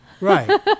Right